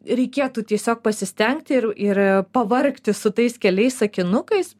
reikėtų tiesiog pasistengti ir ir pavargti su tais keliais sakinukais